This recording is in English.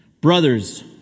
brothers